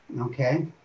okay